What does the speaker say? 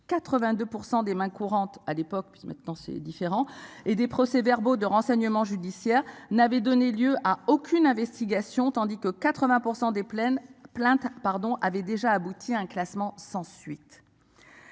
82% des mains courantes à l'époque puisque maintenant c'est différent et des procès-verbaux de renseignement judiciaire n'avait donné lieu à aucune investigation, tandis que 80% des plaines plainte pardon avait déjà abouti à un classement sans suite.